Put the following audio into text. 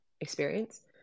experience